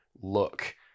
look